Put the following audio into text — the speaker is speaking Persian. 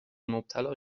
مبتلا